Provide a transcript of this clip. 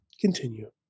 Continue